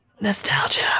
Nostalgia